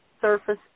surface